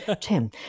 Tim